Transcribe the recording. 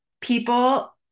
people